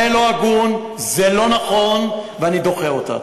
זה לא הגון, זה לא נכון, ואני דוחה את זה.